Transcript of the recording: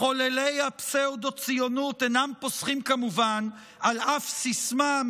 מחוללי הפסאודו-ציונות אינם פוסחים כמובן על אף סיסמה,